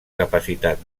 capacitat